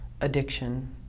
addiction